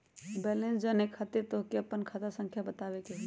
Balance जाने खातिर तोह के आपन खाता संख्या बतावे के होइ?